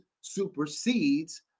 supersedes